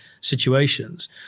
situations